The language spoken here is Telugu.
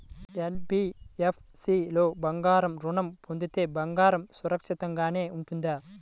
ఎన్.బీ.ఎఫ్.సి లో బంగారు ఋణం పొందితే బంగారం సురక్షితంగానే ఉంటుందా?